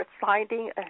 finding